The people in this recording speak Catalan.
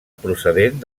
procedent